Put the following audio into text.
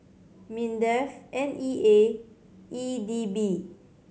MINDEF N E A E D B